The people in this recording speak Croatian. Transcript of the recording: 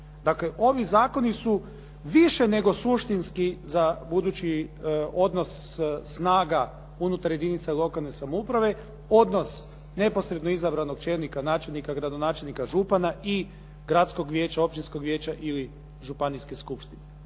Dakle, ovi zakoni su više nego suštinski za budući odnos snaga unutar jedinica lokalne samouprave, odnos neposredno izabranog čelnika, načelnika, gradonačelnika, župana i gradskog vijeća, općinskog vijeća ili županijske skupštine.